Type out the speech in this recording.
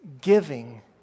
Giving